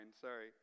Sorry